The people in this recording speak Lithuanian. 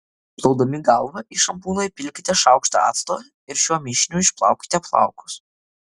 plaudami galvą į šampūną įpilkite šaukštą acto ir šiuo mišiniu išplaukite plaukus